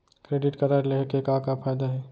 Credit card लेहे के का का फायदा हे?